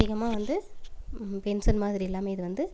அதிகமாக வந்து பென்ஷன் மாதிரி இல்லாமல் இது வந்து